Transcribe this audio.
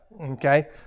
Okay